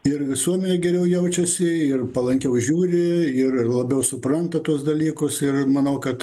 ir visuomenė geriau jaučiasi ir palankiau žiūri ir labiau supranta tuos dalykus ir manau kad